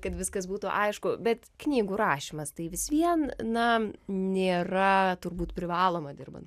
kad viskas būtų aišku bet knygų rašymas tai vis vien na nėra turbūt privaloma dirban